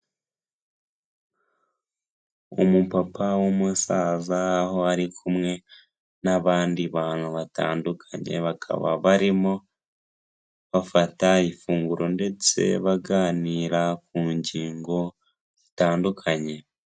Umupapa w'umusaza, aho ari kumwe n'abandi bantu batandukanye, bakaba barimo bafata ifunguro ndetse baganira ku ngingo zitandukanye.